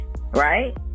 right